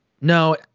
No